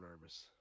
nervous